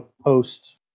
post